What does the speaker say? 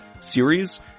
series